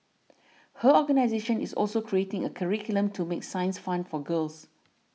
her organisation is also creating a curriculum to make science fun for girls